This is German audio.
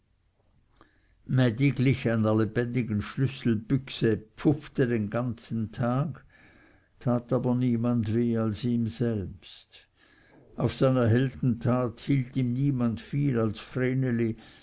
mädi glich einer lebendigen schlüsselbüchse pfupfte den ganzen tag tat aber niemand weh als ihm selbst auf seiner heldentat hielt ihm niemand viel als